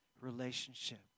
relationship